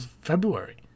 February